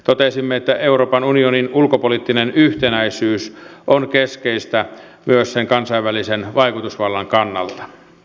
totesimme että euroopan unionin ulkopoliittinen yhtenäisyys on keskeistä myös sen kansainvälisen vaikutusvallan kannalta